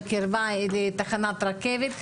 בקרבה לתחנת רכבת,